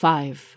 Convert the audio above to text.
Five